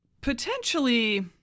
potentially